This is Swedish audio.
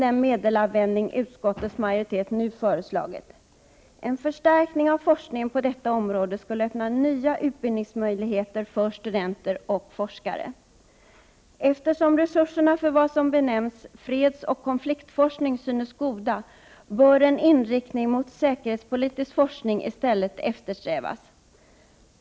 En förstärkning av forskningen på detta område skulle öppna nya utbildningsmöjligheter för studenter och forskare. Eftersom resurserna för vad som benämns fredsoch konfliktforskning synes goda, bör en inriktning mot säkerhetspolitisk forskning i stället eftersträvas.